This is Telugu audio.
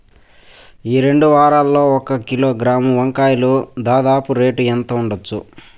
ఈ రెండు వారాల్లో ఒక కిలోగ్రాము వంకాయలు దాదాపు రేటు ఎంత ఉండచ్చు?